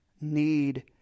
need